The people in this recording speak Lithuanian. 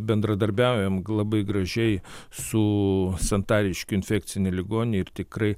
bendradarbiaujam labai gražiai su santariškių infekcine ligonine ir tikrai